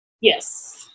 Yes